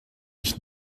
ich